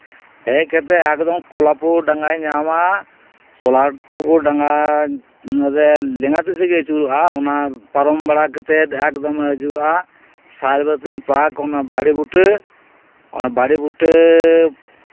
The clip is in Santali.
ᱦᱮᱡ ᱠᱟᱛᱮᱫ ᱮᱠᱫᱚᱢ ᱠᱚᱞᱟᱯᱩᱠᱩᱨ ᱰᱟᱝᱜᱟᱭ ᱧᱟᱢᱟ ᱠᱚᱞᱟᱯᱩᱠᱩᱨ ᱰᱟᱝᱜᱟ ᱨᱮ ᱞᱮᱸᱜᱟ ᱛᱤ ᱥᱮᱫ ᱜᱮᱭ ᱟᱹᱪᱩᱨᱚᱜᱼᱟ ᱚᱱᱟ ᱯᱟᱨᱚᱢ ᱵᱟᱲᱟ ᱠᱟᱛᱮᱫ ᱮᱠᱫᱚᱢᱮ ᱦᱤᱡᱩᱜᱼᱟ ᱥᱟᱭᱮᱨᱵᱮᱛᱷᱤ ᱯᱟᱨᱠ ᱚᱱᱟ ᱵᱟᱲᱮ ᱵᱩᱴᱟᱹ ᱚᱱᱟ ᱵᱟᱲᱮ ᱵᱩᱴᱟᱹ